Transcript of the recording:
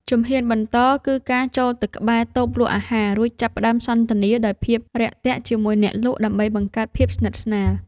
ជំហានបន្ត គឺការចូលទៅក្បែរតូបលក់អាហារ រួចចាប់ផ្ដើមសន្ទនាដោយភាពរាក់ទាក់ជាមួយអ្នកលក់ ដើម្បីបង្កើតភាពស្និទ្ធស្នាល។